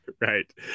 Right